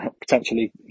potentially